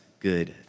good